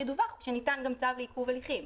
וכמובן גם ידוּוח שניתן צו לעיכוב הליכים.